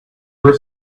were